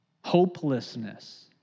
Hopelessness